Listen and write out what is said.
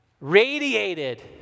radiated